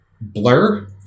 Blur